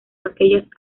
aquellas